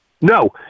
No